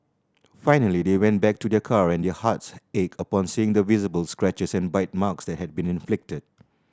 finally they went back to their car and their hearts ached upon seeing the visible scratches and bite marks that had been inflicted